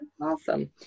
Awesome